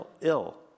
ill